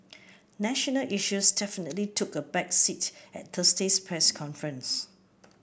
national issues definitely took a back seat at Thursday's press conference